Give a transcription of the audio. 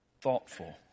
thoughtful